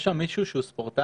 יש שם מישהו שהוא ספורטאי?